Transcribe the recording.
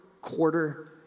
quarter